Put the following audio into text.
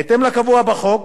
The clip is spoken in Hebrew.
בהתאם לקבוע בחוק,